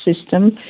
system